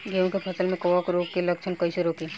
गेहूं के फसल में कवक रोग के लक्षण कईसे रोकी?